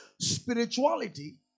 Spirituality